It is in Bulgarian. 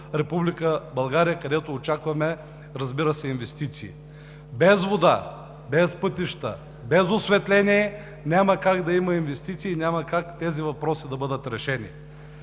Република България, където очакваме инвестиции. Без вода, без пътища, без осветление няма как да има инвестиции, няма как тези въпроси да бъдат решени.